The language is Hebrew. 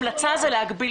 ההמלצה שלנו היא להגביל